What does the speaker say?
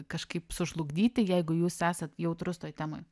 kažkaip sužlugdyti jeigu jūs esat jautrus toj temoj